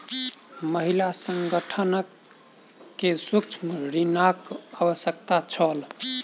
महिला संगठन के सूक्ष्म ऋणक आवश्यकता छल